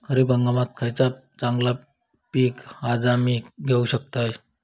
खरीप हंगामाक खयला चांगला पीक हा जा मी घेऊ शकतय?